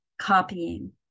copying